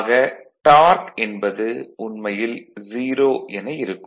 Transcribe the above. ஆக டார்க் என்பது உண்மையில் 0 என இருக்கும்